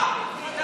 לא, נכון?